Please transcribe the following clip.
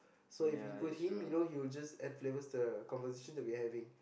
so if we include him you know he will just add flavors to the conversation that we're having